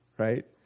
Right